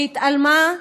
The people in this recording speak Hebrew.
והיא התעלמה,